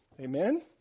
Amen